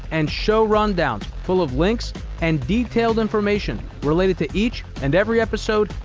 and show rundowns full of links and detailed information related to each and every episode,